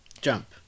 Jump